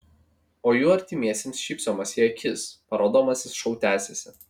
o jų artimiesiems šypsomasi į akis parodomasis šou tęsiasi